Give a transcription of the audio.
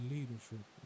Leadership